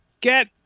get